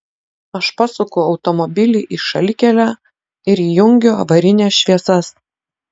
aš pasuku automobilį į šalikelę ir įjungiu avarines šviesas